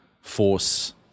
force